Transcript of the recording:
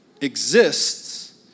exists